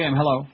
hello